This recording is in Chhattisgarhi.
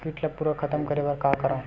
कीट ला पूरा खतम करे बर का करवं?